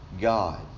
God